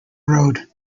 road